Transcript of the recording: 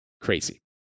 Crazy